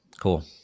Cool